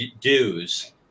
dues